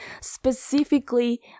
specifically